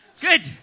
Good